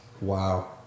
Wow